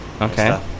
Okay